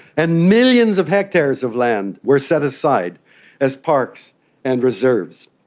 and millions of hectares of land were set aside as parks and reserves.